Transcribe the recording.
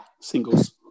singles